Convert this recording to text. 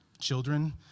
children